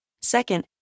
Second